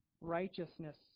righteousness